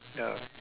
ya